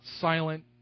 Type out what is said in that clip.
silent